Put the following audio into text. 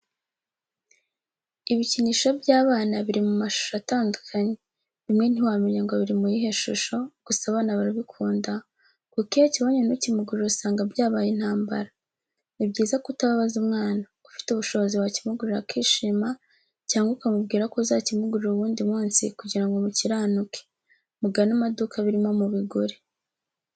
Ibikinisho by'abana biri mu mashusho atandukanye, bimwe ntiwamenya ngo biri mu yihe shusho, gusa abana barabikunda kuko iyo akibonye ntukimugurire usanga byabaye intambara. Ni byiza kutababaza umwana ufite ubushobozi wakimugurira akishima, cyangwa ukamubwira ko uzakimugurira uwundi munsi kugira ngo mukiranuke, mugane amaduka birimo mubigure.